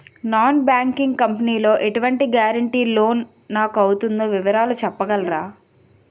Non banking company లో ఎటువంటి guarantee loan నాకు అవుతుందో వివరాలు చెప్పగలరా?